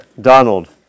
Donald